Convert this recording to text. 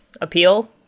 Appeal